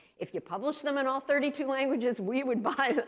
if you publish them in all thirty two languages, we would buy